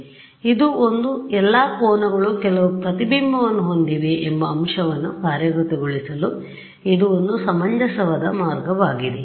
ಆದ್ದರಿಂದ ಇದು ಒಂದು ಎಲ್ಲಾ ಕೋನಗಳು ಕೆಲವು ಪ್ರತಿಬಿಂಬವನ್ನು ಹೊಂದಿವೆ ಎಂಬ ಅಂಶವನ್ನು ಕಾರ್ಯಗತಗೊಳಿಸಲು ಇದು ಒಂದು ಸಮಂಜಸವಾದ ಮಾರ್ಗವಾಗಿದೆ